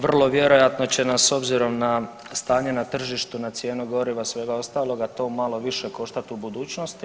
Vrlo vjerojatno će nas s obzirom na stanje na tržištu, na cijenu goriva, svega ostaloga to malo više koštati u budućnosti.